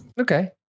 Okay